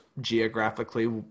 geographically